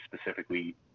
specifically